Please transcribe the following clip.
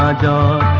ah go